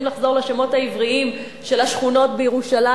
לחזור לשמות העבריים של השכונות בירושלים,